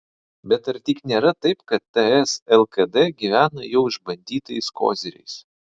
bet ar tik nėra taip kad ts lkd gyvena jau išbandytais koziriais